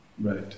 Right